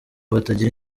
batagira